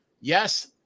yes